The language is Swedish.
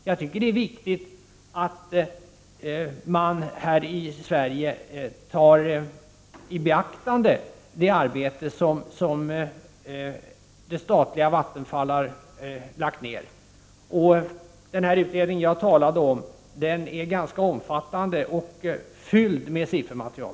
Jag tycker att det är viktigt att man här i Sverige tar i beaktande det arbete som statliga Vattenfall har utfört. Den utredning som jag talade om är ganska omfattande, och den är fylld av siffermaterial.